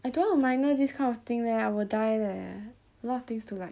I don't want to minor this kind of thing leh I will die leh a lot of things to like